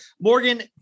Morgan